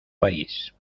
país